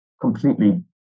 completely